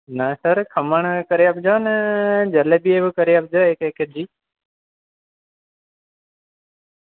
ના સર ખમણ કરી આપજો ને જલેબી એવું કરી આપજો એક એક કેજી